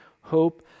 hope